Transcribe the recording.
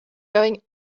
going